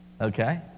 Okay